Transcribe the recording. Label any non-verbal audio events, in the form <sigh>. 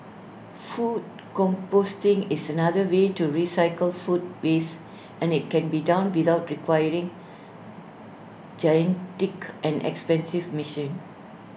food composting is another way to recycle food waste and IT can be done without requiring <unintelligible> and expensive misssion